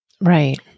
Right